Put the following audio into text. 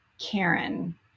Karen